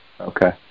Okay